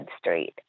street